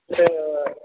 ও